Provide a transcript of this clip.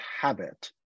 habit